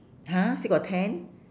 !huh! still got ten